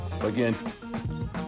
again